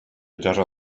terra